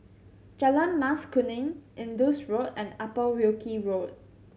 Jalan Mas Kuning Indus Road and Upper Wilkie Road